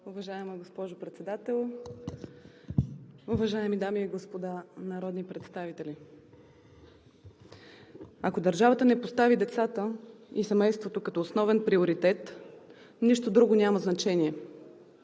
Уважаема госпожо Председател, уважаеми дами и господа народни представители! Ако държавата не постави децата и семейството като основен приоритет, нищо друго няма значение,